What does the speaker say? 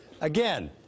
Again